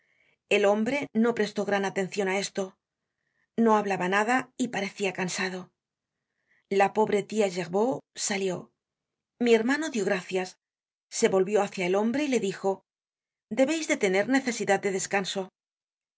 el hombre no prestó gran atencion á ésto no hablaba nada y parecia cansado la pobre tia gerbaud salió mi hermano dió gracias se volvió hácia el hombre y le dijo debeis de tener necesidad de descanso la